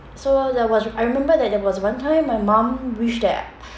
so there was I remember that there was one time my mum wish that